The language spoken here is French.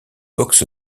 box